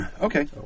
Okay